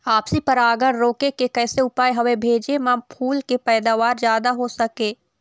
आपसी परागण रोके के कैसे उपाय हवे भेजे मा फूल के पैदावार जादा हों सके?